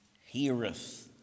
heareth